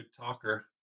talker